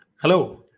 Hello